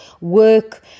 work